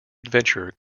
adventure